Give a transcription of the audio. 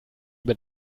über